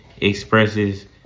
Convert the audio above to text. expresses